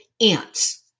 ants